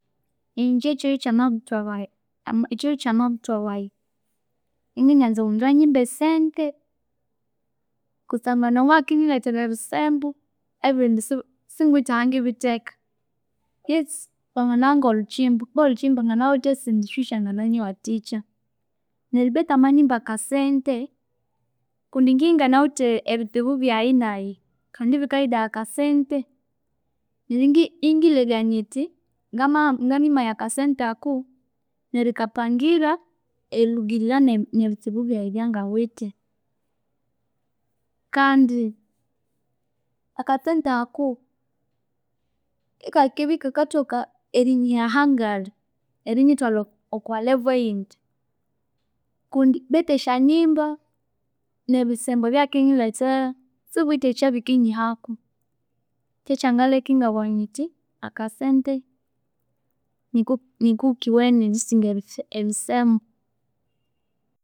﻿Ingye kyiro kyamabuthwa wayi ama kyiro kyamabuthwa wayi ingedyanza omundu ayimbe esente, kusangwa namwakiyirethera ebisembu ebindi si- singwithe ahangibitheka, yes lhwanganabya ngolhukyimba, bolhukyimba nganawithe esindi esyo syangananyiwathika neryo bethu amanyimba akasente kundi ngibya inganawithe ebitsibubyayi nayi kandi ebikayindagha akasente eriyingilhebya nyithi ngama ngamimaya akasente ako nerikapangira elhurungirira nebitsibubyaye ebyangawithe kandi akasente ako yikakibya yikakathoka erinyiha ahangalhi erinyithwalha okwa level eyindi. Kundi bethu esyanimba nebisembo ebyakinyirethera sibiwithe ekyabikinyihako kyekyangalheka ingabuwa nyithi akasente niko nikokuwene erisinga ebi- ebisembu